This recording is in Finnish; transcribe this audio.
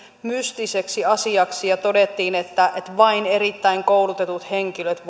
mystiseksi asiaksi ja todettiin että vain erittäin koulutetut henkilöt